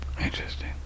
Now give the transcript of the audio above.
Interesting